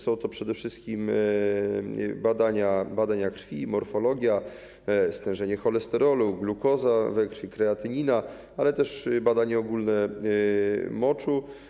Są to przede wszystkim badania krwi, morfologia, stężenie cholesterolu, glukoza we krwi, kreatynina, ale też badanie ogólne moczu.